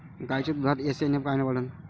गायीच्या दुधाचा एस.एन.एफ कायनं वाढन?